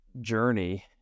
journey